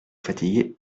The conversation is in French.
fatigué